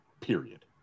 period